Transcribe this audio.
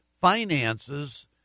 finances